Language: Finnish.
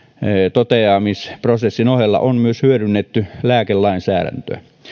toteamisprosessin ohella on hyödynnetty myös lääkelainsäädäntöä